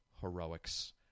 heroics